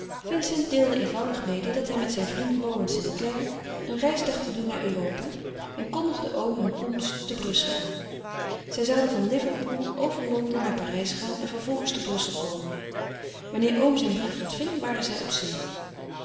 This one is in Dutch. vincent deelde eenvoudig mede dat hij met zijn vriend lawrence st clare een reis dacht te doen naar europa en kondigde oom hun komst te brussel aan zij zouden van liverpool over londen naar parijs gaan en vervolgens te brussel komen wanneer oom zijn brief ontving waren zij op zee